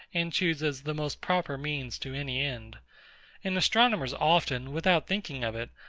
and chooses the most proper means to any end and astronomers often, without thinking of it,